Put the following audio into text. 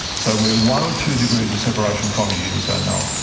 so we are one or two degrees of separation from you, you just don't know it.